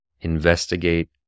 investigate